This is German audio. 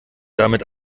damit